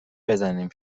بزنیم